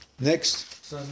Next